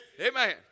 Amen